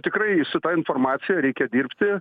tikrai su ta informacija reikia dirbti